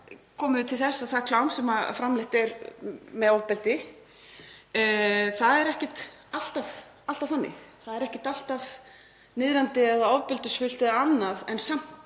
komum við að því að það klám sem framleitt er með ofbeldi er ekkert alltaf þannig. Það er ekkert alltaf niðrandi eða ofbeldisfullt eða annað en samt